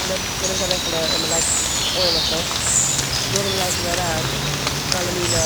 מ'נעמט א בעקעלע און מ'לייגט אויל אויף עס. נאכדעם לייגט מען אריין אלע מינע